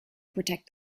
protect